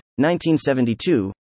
1972